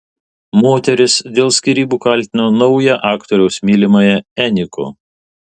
moteris dėl skyrybų kaltino naują aktoriaus mylimąją eniko